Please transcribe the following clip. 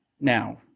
now